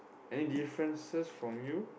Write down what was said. any differences from you